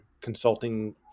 consulting